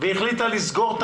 והחליטה לסגור את